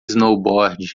snowboard